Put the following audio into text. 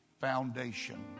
foundation